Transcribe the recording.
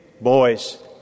boys